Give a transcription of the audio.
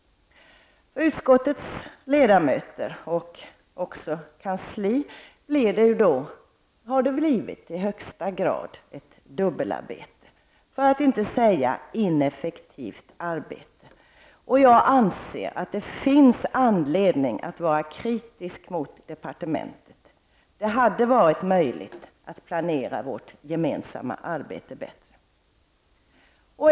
För utskottets ledamöter och också kansli har det blivit i högsta grad ett dubbelarbete, för att inte säga ineffektivt arbete. Jag anser att det finns anledning att vara kritisk mot departementet. Det hade varit möjligt att planera vårt gemensamma arbete bättre.